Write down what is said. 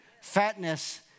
Fatness